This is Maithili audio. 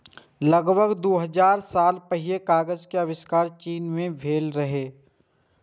लगभग दू हजार साल पहिने कागज के आविष्कार चीन मे भेल रहै